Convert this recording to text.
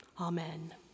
Amen